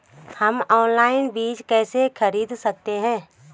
हम ऑनलाइन बीज कैसे खरीद सकते हैं?